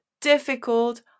difficult